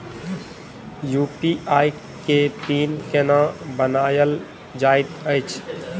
UPI केँ PIN केना बनायल जाइत अछि